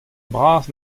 bras